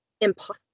impossible